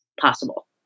possible